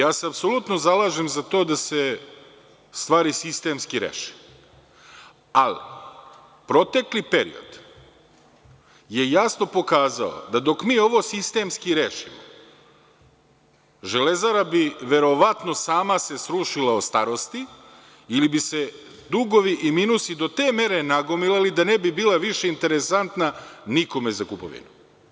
Apsolutno se zalažem za to da se stvari sistemski reše, ali protekli period je jasno pokazao da dok mi ovo sistemski rešimo, „Železara“ bi se verovatno sama srušila od starosti ili bi se dugovi i minusi do te mere nagomilali da ne bi bila više interesantna nikome za kupovinu.